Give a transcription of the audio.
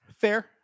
fair